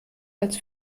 als